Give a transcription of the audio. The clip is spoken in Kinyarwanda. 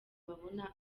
babona